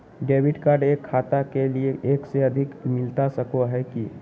Debit card एक खाता के लिए एक से अधिक मिलता सको है की?